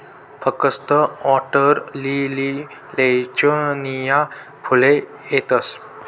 फकस्त वॉटरलीलीलेच नीया फुले येतस